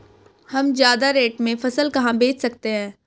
हम ज्यादा रेट में फसल कहाँ बेच सकते हैं?